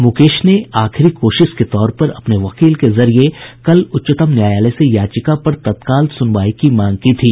मुकेश ने आखिरी कोशिश के तौर पर अपने वकील के जरिए कल उच्चतम न्यायालय से याचिका पर तत्काल सुनवाई की मांग की थी